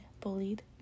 Bullied